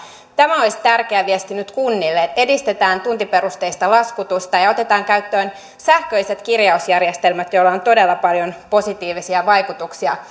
tämä olisi tärkeä viesti nyt kunnille edistetään tuntiperusteista laskutusta ja ja otetaan käyttöön sähköiset kirjausjärjestelmät joilla on todella paljon positiivisia vaikutuksia